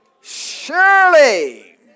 Surely